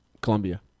Colombia